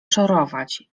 szorować